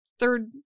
third